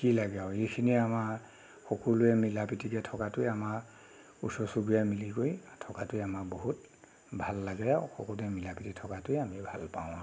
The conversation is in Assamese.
কি লাগে আৰু এইখিনিয়েই আমাৰ সকলোৱে মিলা প্ৰীতিকৈ থকাটোৱে আমাৰ ওচৰ চুবুৰীয়াই মিলি কৰি থকাটোৱে আমাৰ বহুত ভাল লাগে সকলোৱে মিলা প্ৰীতিৰে থকাটোৱে আমি ভালপাওঁ আৰু